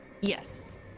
Yes